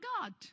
God